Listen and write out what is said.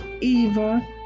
eva